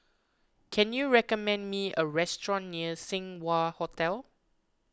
can you recommend me a restaurant near Seng Wah Hotel